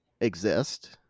exist